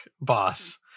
boss